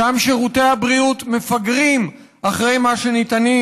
שם שירותי הבריאות מפגרים אחרי אלה שניתנים